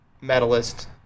medalist